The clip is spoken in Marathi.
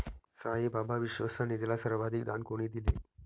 साईबाबा विश्वस्त निधीला सर्वाधिक दान कोणी दिले?